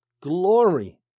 glory